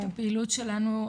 את הפעילות שלנו,